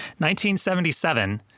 1977